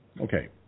Okay